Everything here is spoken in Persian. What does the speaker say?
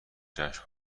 جشن